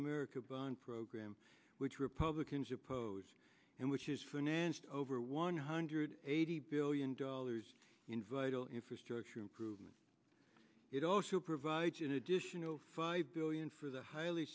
america bonds program which republicans oppose and which is financed over one hundred eighty billion dollars in vital infrastructure improvement it also provides an additional five billion for the highly